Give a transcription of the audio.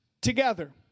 together